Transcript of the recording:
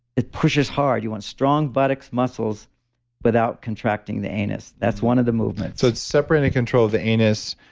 it pushes hard. you want strong buttock muscles without contracting the anus. that's one of the movements. so, it's separate in control of the anus.